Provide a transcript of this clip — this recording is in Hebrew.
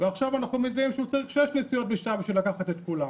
ועכשיו אנחנו מזהים שהוא צריך שש נסיעות בשעה בשביל לקחת את כולם,